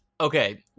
Okay